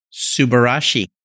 Subarashi